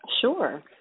Sure